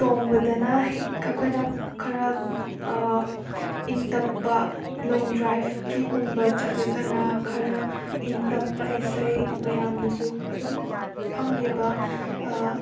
ꯇꯣꯡꯕꯗꯅ ꯑꯩꯈꯣꯏꯅ ꯈꯔ ꯏꯪ ꯇꯞꯄ ꯂꯣꯡ ꯗ꯭ꯔꯥꯏꯕꯀꯤꯒꯨꯝꯕ ꯆꯠꯂꯒꯅ ꯈꯔ ꯏꯪ ꯇꯞꯄ ꯏꯁꯩ ꯃꯌꯥꯝꯅꯁꯨ ꯑꯗꯨꯝ ꯐꯝꯃꯤꯕ